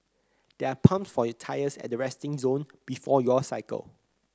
there are pumps for your tyres at the resting zone before your cycle